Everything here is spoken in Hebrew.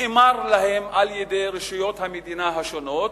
נאמר להם על-ידי רשויות המדינה השונות: